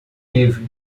livre